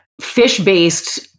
fish-based